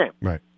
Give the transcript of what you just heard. Right